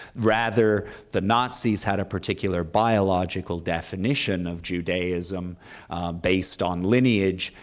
rather, the nazis had a particular biological definition of judaism based on lineage,